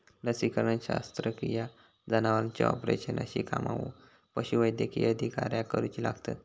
लसीकरण, शस्त्रक्रिया, जनावरांचे ऑपरेशन अशी कामा पशुवैद्यकीय अधिकाऱ्याक करुची लागतत